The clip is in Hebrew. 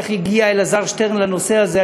איך הגיע אלעזר שטרן לנושא הזה,